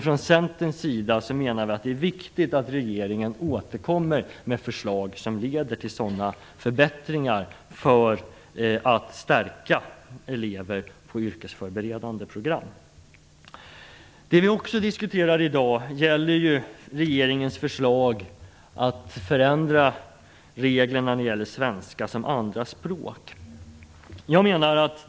Från Centerns sida menar vi att det viktigt att regeringen återkommer med förslag som leder till sådana förbättringar för att stärka elever på yrkesförberedande program. Det vi diskuterar i dag gäller också regeringens förslag att förändra reglerna för svenska som andraspråk.